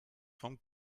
vom